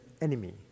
enemy